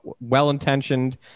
well-intentioned